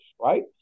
right